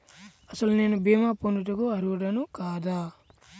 అసలు నేను భీమా పొందుటకు అర్హుడన కాదా?